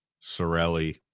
Sorelli